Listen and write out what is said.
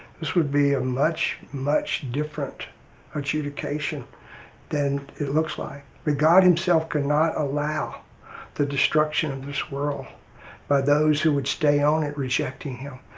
this would be a much, much different adjudication than it looks like. but god himself cannot allow the destruction of this world by those who would stay on it rejecting him.